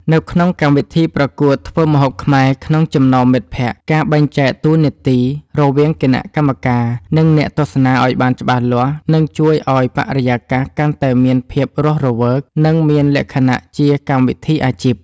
នៅក្នុងកម្មវិធីប្រកួតធ្វើម្ហូបខ្មែរក្នុងចំណោមមិត្តភក្តិ ការបែងចែកតួនាទីរវាងគណៈកម្មការ និងអ្នកទស្សនាឱ្យបានច្បាស់លាស់ នឹងជួយឱ្យបរិយាកាសកាន់តែមានភាពរស់រវើក និងមានលក្ខណៈជាកម្មវិធីអាជីព។